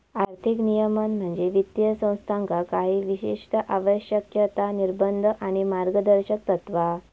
आर्थिक नियमन म्हणजे वित्तीय संस्थांका काही विशिष्ट आवश्यकता, निर्बंध आणि मार्गदर्शक तत्त्वा